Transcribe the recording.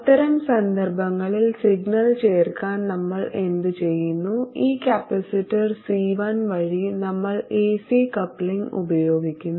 അത്തരം സന്ദർഭങ്ങളിൽ സിഗ്നൽ ചേർക്കാൻ നമ്മൾ എന്തുചെയ്യുന്നു ഈ കപ്പാസിറ്റർ C1 വഴി നമ്മൾ എസി കപ്ലിംഗ് ഉപയോഗിക്കുന്നു